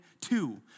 two